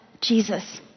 Jesus